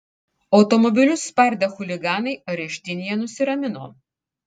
automobilius spardę chuliganai areštinėje nusiramino